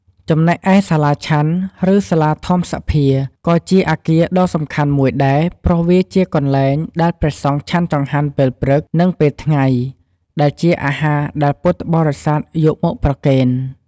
ចំណែកឯ សាលាឆាន់ ឬសាលាធម្មសភា ក៏ជាអគារដល់សំខាន់មួយដែរ ព្រោះវាជាកន្លែងដែល ព្រះសង្ឃឆាន់ចង្ហាន់ ពេលព្រឹក និងពេលថ្ងៃ ដែលជាអាហារដែលពុទ្ធបរិស័ទយកមកប្រគេន។